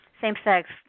same-sex